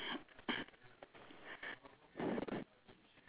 ah ya brown shoe lah ya brown shoe lah